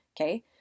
Okay